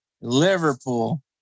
Liverpool